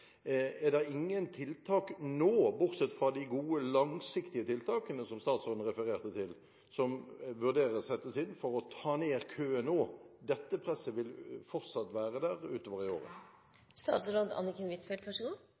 Er det ingen tiltak, bortsett fra de gode langsiktige tiltakene som statsråden refererte til, som vurderes satt inn for å få ned køen nå? Dette presset vil fortsatt være der utover i